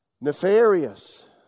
Nefarious